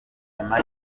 inyuma